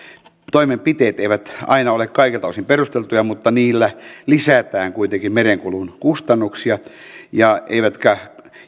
toimenpiteet eivät aina ole kaikilta osin perusteltuja ja niillä lisätään kuitenkin merenkulun kustannuksia eikä